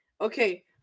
Okay